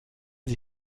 sie